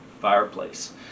fireplace